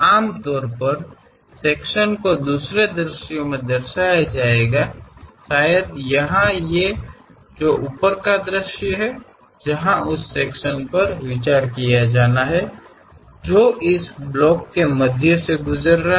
आमतौर पर सेक्शन को दूसरे दृश्य में दर्शाया जाएगा शायद यहां ये जो ऊपर का दृश्य हैं जहां उस सेक्शन पर विचार किया जाना है जो उस ब्लॉक के मध्य परतों से गुजर रहा है